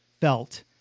felt